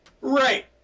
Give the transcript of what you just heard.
right